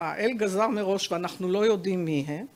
האל גזר מראש ואנחנו לא יודעים מיהם.